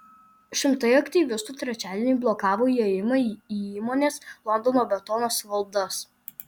šimtai aktyvistų trečiadienį blokavo įėjimą į įmonės londono betonas valdas